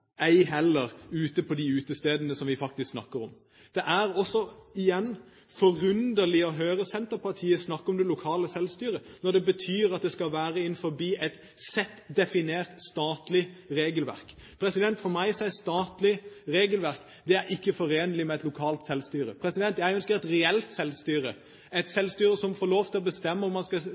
ei heller er ute på de utestedene som vi faktisk snakker om. Det er også – igjen – forunderlig å høre Senterpartiet snakke om det lokale selvstyret når det betyr at det skal være innenfor et sett definerte statlige regelverk. For meg er statlige regelverk ikke forenlig med et lokalt selvstyre. Jeg ønsker et reelt selvstyre, et selvstyre som får lov til å bestemme om man skal